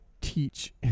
teach